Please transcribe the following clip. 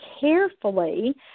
carefully